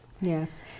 Yes